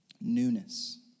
Newness